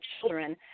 children